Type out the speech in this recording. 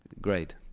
great